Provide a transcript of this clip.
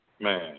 man